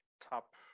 Top